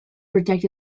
protect